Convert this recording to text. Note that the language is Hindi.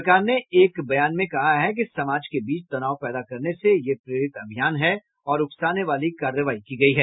सरकार ने एक बयान में कहा है कि समाज के बीच तनाव पैदा करने से यह प्रेरित अभियान है और उकसाने वाली कार्रवाई की गयी है